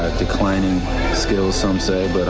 decline still some said